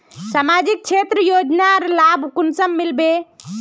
सामाजिक क्षेत्र योजनार लाभ कुंसम मिलबे?